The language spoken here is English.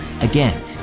Again